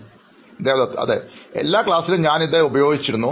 അഭിമുഖം സ്വീകരിക്കുന്നയാൾ അതെ എല്ലാ ക്ലാസിലും ഞാൻ ഇത് ഉപയോഗിച്ചിരുന്നു